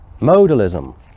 Modalism